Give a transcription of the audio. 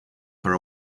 for